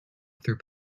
through